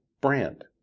brand